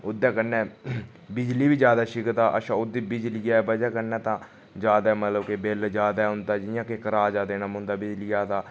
उसदे कन्नै बिजली बी ज्यादा छिकदा अच्छा ओह्दे बिजलियै बजह कन्नै तां ज्यादा मतलब कि बिल ज्यादा औंदा जि'यां कि कराया देना पौंदा बिजलिया तां